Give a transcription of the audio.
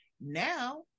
Now